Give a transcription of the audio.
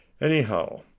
anyhow